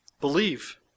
Believe